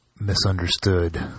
misunderstood